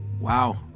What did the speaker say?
Wow